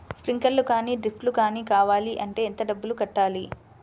Sprinkler కానీ డ్రిప్లు కాని కావాలి అంటే ఎంత డబ్బులు కట్టాలి?